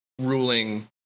ruling